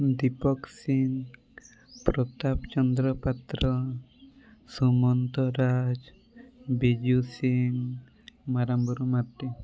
ଦୀପକ ସିଂ ପ୍ରତାପ ଚନ୍ଦ୍ର ପାତ୍ର ସାମନ୍ତ ରାଜ ବିଜୁ ସିଂ ମାରାମ୍ବର ମାଟି